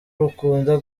rukunda